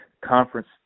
conference